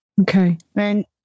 Okay